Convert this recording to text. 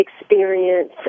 experience